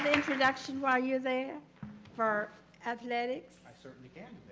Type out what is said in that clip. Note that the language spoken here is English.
introduction while you're there for athletics. i certainly can